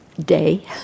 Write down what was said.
day